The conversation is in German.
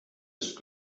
ist